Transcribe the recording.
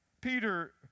Peter